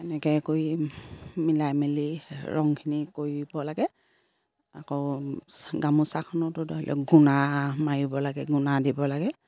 এনেকৈ কৰি মিলাই মেলি ৰংখিনি কৰিব লাগে আকৌ গামোচাখনতো ধৰি লওক গুণা মাৰিব লাগে গুণা দিব লাগে